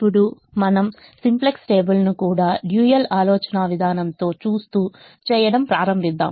ఇప్పుడు మనం simplex table ను కూడా డ్యూయల్ ఆలోచనా విధానంతో చూస్తూ చేయడం ప్రారంభిద్దాం